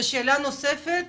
שאלה נוספת,